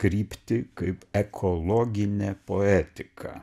kryptį kaip ekologinė poetika